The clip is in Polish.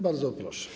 Bardzo proszę.